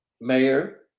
Mayor